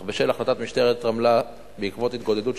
אך בשל החלטת משטרת רמלה בעקבות התגודדות